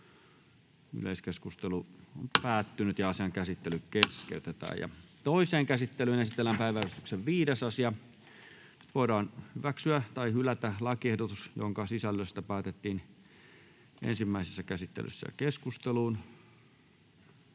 vp. Nyt päätetään lakiehdotuksen sisällöstä. Toiseen käsittelyyn esitellään päiväjärjestyksen 5. asia. Nyt voidaan hyväksyä tai hylätä lakiehdotus, jonka sisällöstä päätettiin ensimmäisessä käsittelyssä. — Keskusteluun.